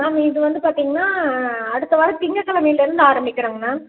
நாங்கள் இது வந்து பார்த்திங்கன்னா அடுத்த வாரம் திங்கக்கிழமைலருந்து ஆரமிக்கிறங்க மேம்